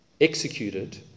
executed